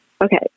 Okay